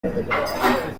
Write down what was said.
kumugira